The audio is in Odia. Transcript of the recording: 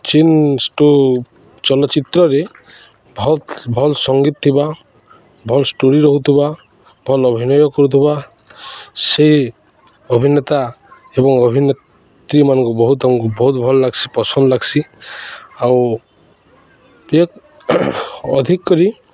ଯେନ୍ ଚଳଚ୍ଚିତ୍ରରେ ଭଲ ଭଲ୍ ସଙ୍ଗୀତ ଥିବା ଭଲ୍ ଷ୍ଟୋରୀ ରହୁଥିବା ଭଲ୍ ଅଭିନୟ କରୁଥିବା ସେ ଅଭିନେତା ଏବଂ ଅଭିନେତ୍ରୀମାନଙ୍କୁ ବହୁତ ଆମକୁ ବହୁତ ଭଲ୍ ଲାଗ୍ସି ପସନ୍ଦ ଲାଗ୍ସି ଆଉ ଅଧିକ କରି